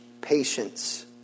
patience